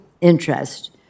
interest